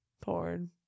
Porn